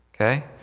okay